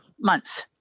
months